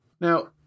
Now